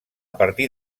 partir